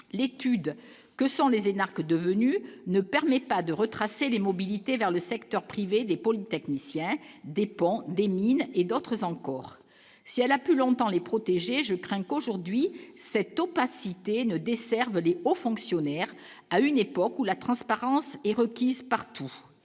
l'étude que sans les énarques devenus ne permet pas de retracer les mobilités vers le secteur privé des polytechniciens dépend des mines et d'autres encore, si elle a plus longtemps les protéger, je crains qu'aujourd'hui cette opacité ne décervelés haut fonctionnaire, à une époque où la transparence est requise, partout,